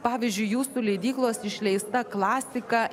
pavyzdžiui jūsų leidyklos išleista klasika